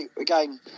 again